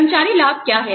कर्मचारी लाभ क्या हैं